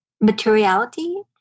materiality